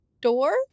door